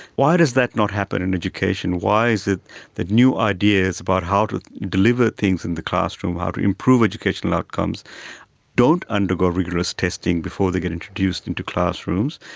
why does that not happen in education, why is it that new ideas about how to deliver things in the classroom, how to improve educational outcomes don't undergo rigorous testing before they get introduced into classrooms.